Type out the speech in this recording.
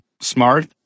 Smart